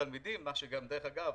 תלמידים - דרך אגב,